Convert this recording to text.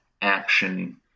action